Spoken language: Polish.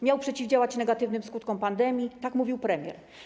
Miał przeciwdziałać negatywnym skutkom pandemii - tak mówił premier.